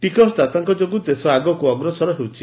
ଟିକସଦାତାଙ୍କ ଯୋଗୁଁ ଦେଶ ଆଗକୁ ଅଗ୍ରସର ହେଉଛି